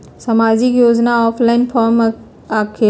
समाजिक योजना offline form होकेला?